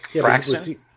Braxton